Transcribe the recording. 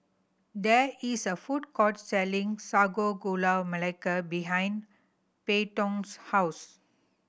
there is a food court selling Sago Gula Melaka behind Peyton's house